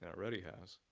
and already has,